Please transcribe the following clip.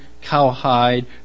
cowhide